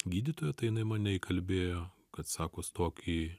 gydytoja tai jinai mane įkalbėjo kad sako stok į